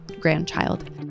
grandchild